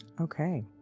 Okay